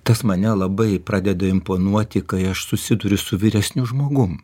tas mane labai pradeda imponuoti kai aš susiduriu su vyresniu žmogum